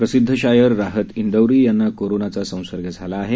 प्रसिद्ध शायर राहत ड्वैरी यांना कोरोना संसर्ग झाला आहे